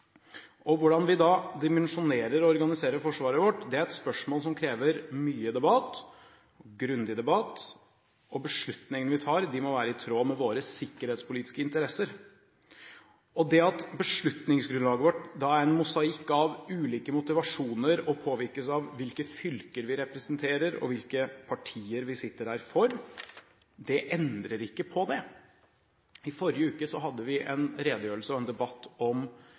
bakhånd. Hvordan vi da dimensjonerer og organiserer forsvaret vårt, er et spørsmål som krever mye og grundig debatt, og beslutningene vi tar, må være i tråd med våre sikkerhetspolitiske interesser. Det at beslutningsgrunnlaget vårt er en mosaikk av ulike motivasjoner og påvirkes av hvilke fylker vi representerer, og hvilke partier vi sitter her for, endrer ikke på det. I forrige uke hadde vi en redegjørelse og en debatt om